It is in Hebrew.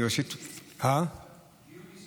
דיון אישי.